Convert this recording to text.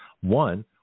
One